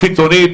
חיצונית,